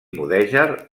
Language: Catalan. mudèjar